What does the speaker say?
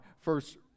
first